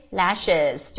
lashes